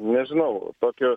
nežinau tokio